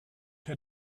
her